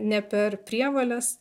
ne per prievoles